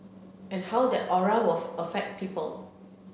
and how that aura of affect people